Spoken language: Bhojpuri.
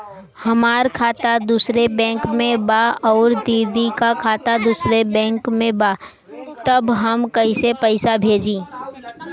हमार खाता दूसरे बैंक में बा अउर दीदी का खाता दूसरे बैंक में बा तब हम कैसे पैसा भेजी?